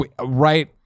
right